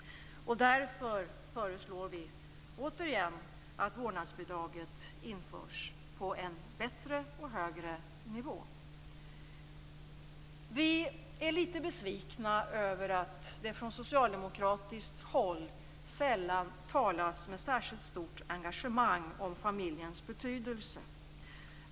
Därför föreslår vi återigen att vårdnadsbidraget införs på en bättre och högre nivå. Vi är litet besvikna över att det från socialdemokratiskt håll sällan talas med särskilt stort engagemang om familjens betydelse.